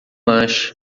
lanche